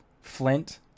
flint